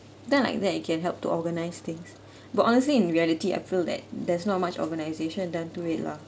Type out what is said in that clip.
then like that it can help to organise things but honestly in reality I feel that there's not much organisation done to it lah